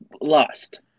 Lost